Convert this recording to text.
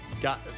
got